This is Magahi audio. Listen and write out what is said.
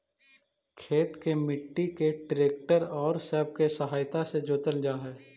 खेत के मट्टी के ट्रैक्टर औउर सब के सहायता से जोतल जा हई